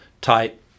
type